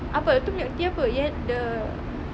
apa tu milk tea apa yang the